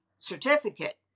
certificate